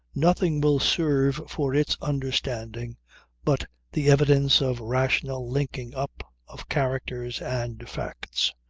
nothing will serve for its understanding but the evidence of rational linking up of characters and facts.